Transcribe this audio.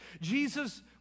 Jesus